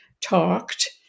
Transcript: talked